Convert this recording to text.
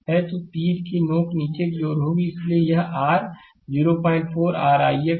तो तीर की नोक नीचे की ओर होगी इसलिए यह r 04 r ix होगी